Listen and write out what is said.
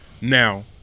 now